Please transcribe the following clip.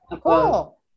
cool